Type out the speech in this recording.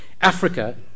Africa